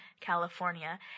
California